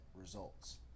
results